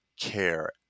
care